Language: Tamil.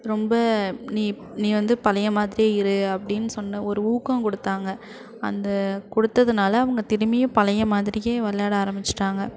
ரொம்ப நீ நீ வந்து பழைய மாதிரியே இரு அப்படின்னு சொன்ன ஒரு ஊக்கம் கொடுத்தாங்க அந்த கொடுத்ததுனால அவங்க திரும்பியும் பழைய மாதிரியே விளையாட ஆரம்பிச்சிட்டாங்க